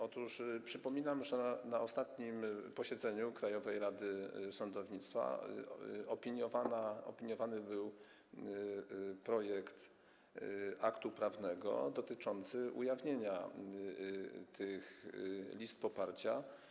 Otóż przypominam, że na ostatnim posiedzeniu Krajowej Rady Sądownictwa opiniowany był projekt aktu prawnego dotyczący ujawnienia tych list poparcia.